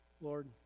lord